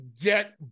get